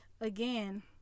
again